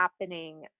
happening